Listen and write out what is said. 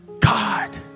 God